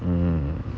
mm